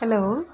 hello